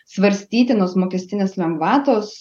svarstytinos mokestinės lengvatos